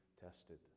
tested